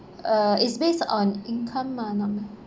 uh is based on income mah not meh